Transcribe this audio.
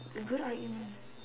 good argument